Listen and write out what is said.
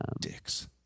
Dicks